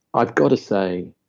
i've got to say,